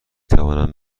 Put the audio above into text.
توانم